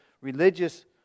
religious